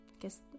guess